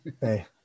Hey